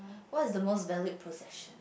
what's the most valid possession